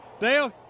Dale